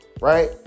right